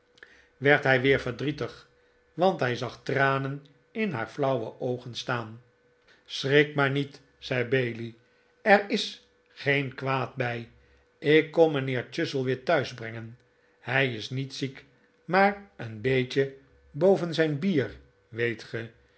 werd hij weer verdrietig want hij tranen in haar flauwe oogen staan maarten chuzzlewi t schrik maar niet zei bailey er is geen kwaad bij ik kom mijnheer chuzzlewit thuis brengen hij is niet ziek maar een beetje boven zijn bier weet